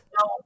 No